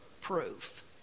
proof